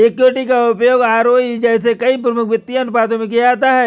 equity का उपयोग ROE जैसे कई प्रमुख वित्तीय अनुपातों में किया जाता है